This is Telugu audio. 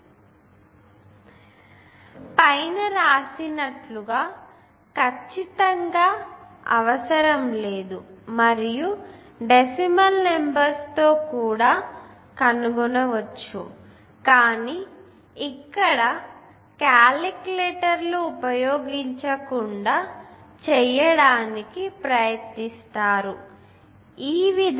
32 1 1 54 పైన రాసినట్లుగా ఖచ్చితంగా అవసరం లేదు మరియు డెసిమల్ నెంబర్స్ తో కూడా కనుగొనవచ్చు కానీ ఇక్కడ కాలిక్యులేటర్లు ఉపయోగించకుండా చేయడానికి ప్రయత్నిస్తున్నారు